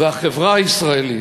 החברה הישראלית,